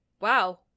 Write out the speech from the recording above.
wow